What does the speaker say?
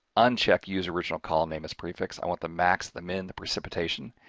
uncheck use original column name as prefix. i want the max, the min, the precipitation,